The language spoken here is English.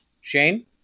Shane